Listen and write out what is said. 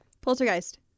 Poltergeist